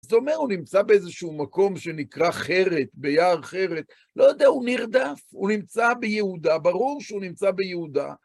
זאת אומר, הוא נמצא באיזשהו מקום שנקרא חרת, ביער חרת, לא יודע, הוא נרדף, הוא נמצא ביהודה, ברור שהוא נמצא ביהודה.